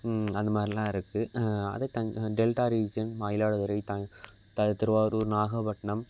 அந்தமாதிரிலாம் இருக்குது அதே the delta region Mayiladuthurai the Thiruvarur Nagapattinam